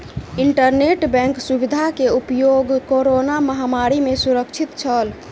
internet bank सुविधा के उपयोग कोरोना महामारी में सुरक्षित छल